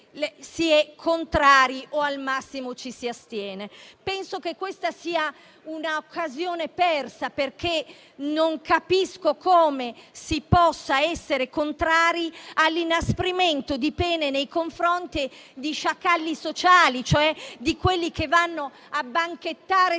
si è contrari o al massimo ci si astiene. Penso che questa sia una occasione persa. Non capisco come si possa essere contrari all'inasprimento di pene nei confronti di sciacalli sociali, cioè di quelli che vanno a banchettare sulle